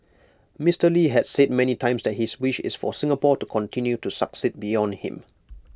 Mister lee had said many times that his wish is for Singapore to continue to succeed beyond him